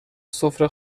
سفره